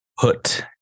put